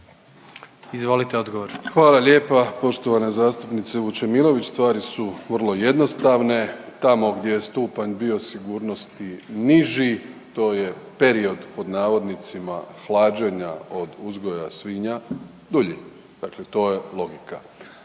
Andrej (HDZ)** Hvala lijepa poštovana zastupnice Vučemilović. Stvari su vrlo jednostavne tamo gdje je stupanj biosigurnosti niži to je period pod navodnicima hlađenja od uzgoja svinja dulji, dakle to je logika,